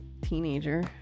teenager